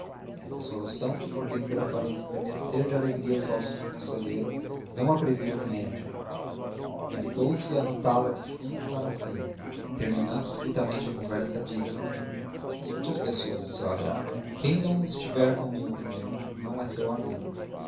esta solução que porventura faria estremecer de alegria os ossos do conselheiro não a previra o médico limitou-se a notá la de si para si e terminando subitamente a conversa disse consulte as pessoas de seu agrado quem não estiver com a minha opinião não é seu amigo